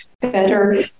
better